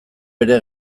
bere